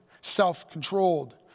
self-controlled